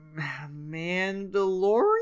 Mandalorian